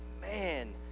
man